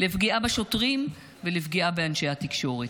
לפגיעה בשוטרים ולפגיעה באנשי תקשורת.